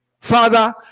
Father